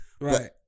Right